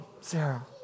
Sarah